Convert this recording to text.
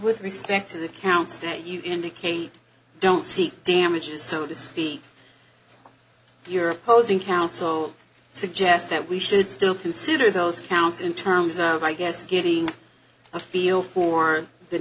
with respect to the counts that you indicate don't seek damages so to speak your opposing counsel suggest that we should still consider those counts in terms of i guess getting a feel for the